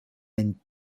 wenn